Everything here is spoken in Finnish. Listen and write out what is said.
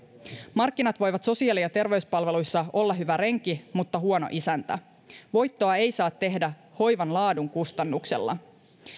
markkinat voivat sosiaali ja terveyspalveluissa olla hyvä renki mutta huono isäntä voittoa ei saa tehdä hoivan laadun kustannuksella